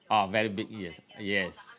uh very big yes yes